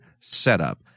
setup